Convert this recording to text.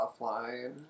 offline